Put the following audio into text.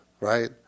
right